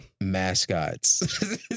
Mascots